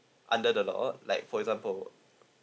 under the law like for example